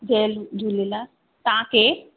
जय झूलेलाल तव्हां केर